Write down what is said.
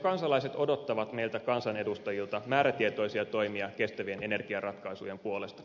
kansalaiset odottavat meiltä kansanedustajilta määrätietoisia toimia kestävien energiaratkaisujen puolesta